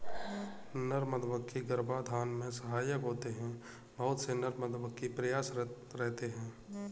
नर मधुमक्खी गर्भाधान में सहायक होते हैं बहुत से नर मधुमक्खी प्रयासरत रहते हैं